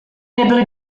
nebyli